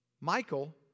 Michael